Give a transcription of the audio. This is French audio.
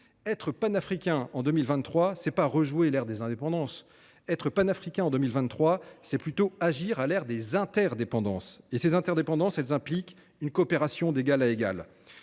Être panafricain en 2023, ce n’est pas rejouer l’ère des indépendances. Être panafricain en 2023, c’est plutôt agir à l’ère des interdépendances. Ces interdépendances impliquent une coopération d’égal à égal